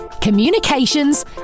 communications